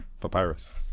papyrus